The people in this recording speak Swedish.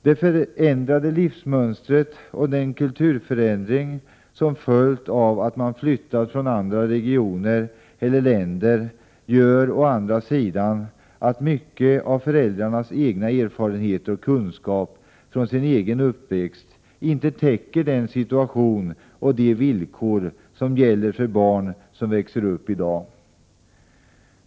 Det förändrade livsmönstret och den kulturförändring som följt av att människor har flyttat från andra regioner eller länder gör å andra sidan att mycket av föräldrarnas egna erfarenheter och kunskaper från uppväxten inte täcker den situation och de villkor som gäller för barn som växer upp i dag.